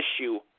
issue